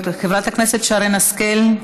חברת הכנסת שרן השכל,